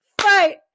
Fight